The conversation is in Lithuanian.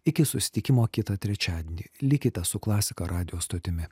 iki susitikimo kitą trečiadienį likite su klasika radijo stotimi